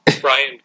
brian